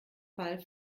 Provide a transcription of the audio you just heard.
fall